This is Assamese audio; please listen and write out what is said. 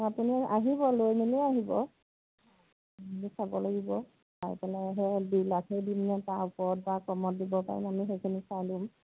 আপুনি আহিব লৈ মেলি আহিব চাব লাগিব চাই পেলাইহে দুই লাখহে দিমনে তাৰ ওপৰত বা কমত দিব পাৰিম আমি সেইখিনি চাই লম